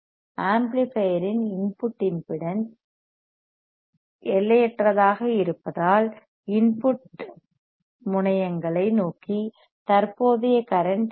amplifier இன் input impedance எல்லையற்றதாக இருப்பதால் இன்புட் முனையங்களை டெர்மினல் நோக்கி தற்போதைய கரண்ட் இல்லை